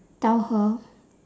tell her